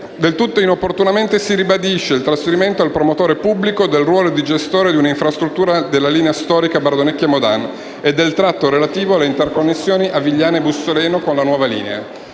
del tutto inopportunamente, si ribadisce il trasferimento al promotore pubblico del ruolo di gestore di infrastruttura della linea storica Bardonecchia-Modane e del tratto relativo alle interconnessioni di Avigliana e Bussoleno con la nuova linea.